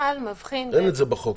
אין את זה בחוק,